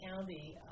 County